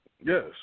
Yes